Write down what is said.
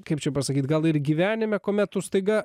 kaip čia pasakyt gal ir gyvenime kuomet tu staiga